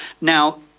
Now